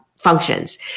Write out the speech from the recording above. Functions